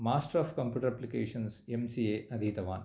Masters of computer applications M C A अधीतवान्